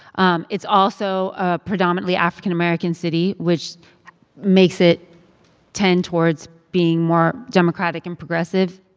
um it's also a predominantly african-american city, which makes it tend towards being more democratic and progressive,